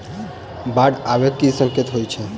बाढ़ आबै केँ की संकेत होइ छै?